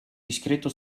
discreto